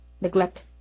neglect